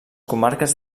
comarques